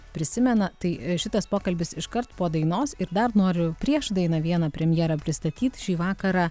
prisimena tai šitas pokalbis iškart po dainos ir dar noriu prieš dainą vieną premjerą pristatyt šį vakarą